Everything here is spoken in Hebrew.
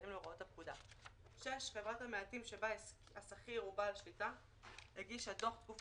והכול אם היה חייב בהגשת דוח כאמור לשנות המס האמורות,